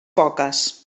poques